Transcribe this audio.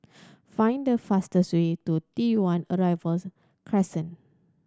find the fastest way to T One Arrivals Crescent